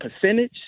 percentage